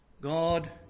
God